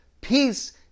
Peace